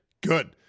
good